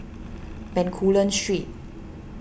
Bencoolen Street